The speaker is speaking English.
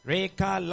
Reka